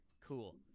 Cool